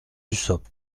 dussopt